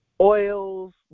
oils